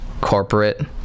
corporate